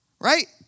right